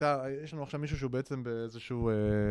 יש לנו עכשיו מישהו שהוא בעצם באיזשהו